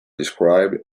described